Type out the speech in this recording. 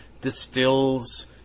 distills